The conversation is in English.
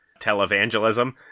televangelism